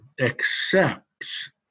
accepts